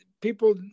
people